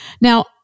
Now